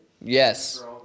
Yes